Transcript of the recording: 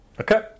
Okay